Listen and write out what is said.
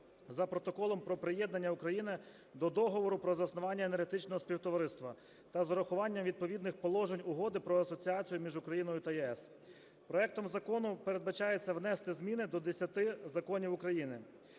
за Протоколом про приєднання України до Договору про заснування Енергетичного Співтовариства та з врахуванням відповідних положень Угоди про асоціацію між Україною та ЄС. Проектом Закону передбачається внести зміни до 10 законів України.